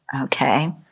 Okay